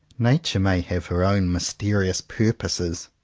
nature may have her own mysterious purposes,